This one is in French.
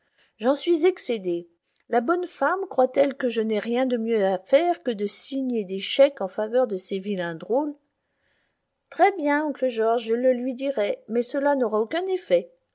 j'en suis excédé la bonne femme croit-elle donc que je n'aie rien de mieux à faire que de signer des chèques en faveur de ses vilains drôles très bien oncle george je le lui dirai mais cela n'aura aucun effet